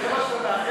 זה מה שאתה מאחל לי?